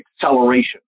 acceleration